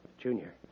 Junior